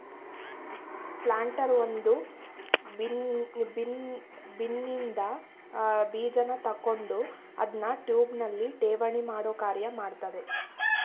planter ಒಂದು ಬಿನ್ನಿನ್ದ ಬೀಜನ ತಕೊಂಡು ಅದ್ನ ಟ್ಯೂಬ್ನಲ್ಲಿ ಠೇವಣಿಮಾಡೋ ಕಾರ್ಯ ಮಾಡ್ತದೆ